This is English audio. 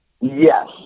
Yes